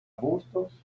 bustos